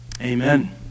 Amen